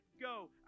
go